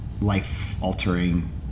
life-altering